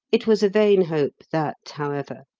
it was a vain hope that, however.